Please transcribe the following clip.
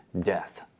death